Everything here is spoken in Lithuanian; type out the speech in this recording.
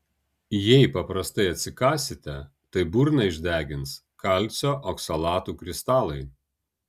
jei paprastai atsikąsite tai burną išdegins kalcio oksalatų kristalai